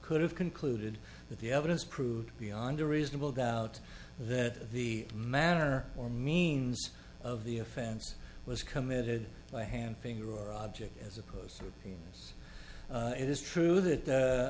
could have concluded that the evidence proved beyond a reasonable doubt that the manner or means of the offense was committed by hand finger or object as opposed to it is true that